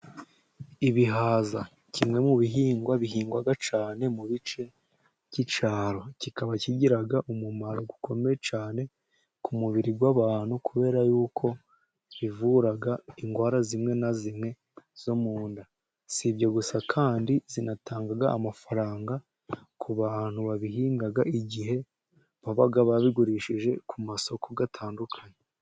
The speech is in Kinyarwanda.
ibihaza kimwe mu bihingwa bihingwa cyane mu bice by'icyaro. Bikaba bigira umumaro ukomeye cyane ku mubiri w'abantu, kubera yuko bivura indwara zimwe na zimwe zo mu nda. Si ibyo gusa kandi binatanga amafaranga k'ubantu babihinga igihe baba babigurishije ku masoko atandukanye.